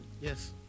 Yes